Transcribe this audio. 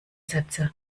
sätze